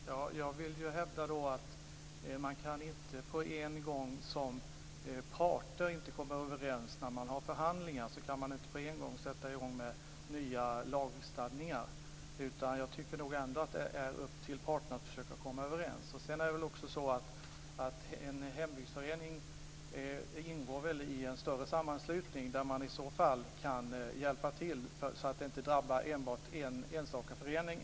Herr talman! Jag vill ju hävda att man inte i ett läge där parter inte kan komma överens när man har förhandlingar samtidigt kan sätta i gång med nya lagstadgningar. Jag tycker nog ändå att det är upp till parterna att försöka komma överens. Sedan är det väl också så att en hembygdsförening ingår i en större sammanslutning. I så fall kan man hjälpa till så att det inte enbart drabbar en enstaka förening.